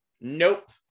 Nope